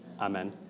amen